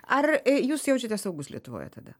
ar jūs jaučiatės saugus lietuvoje tada